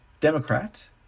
Democrat